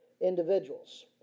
individuals